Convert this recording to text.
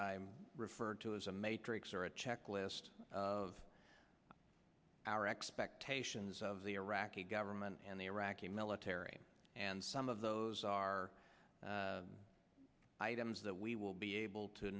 i refer to as a matrix or a checklist of our expectations of the iraqi government and the iraqi military and some of those are items that we will be able to